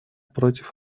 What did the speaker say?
против